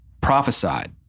prophesied